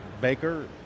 Baker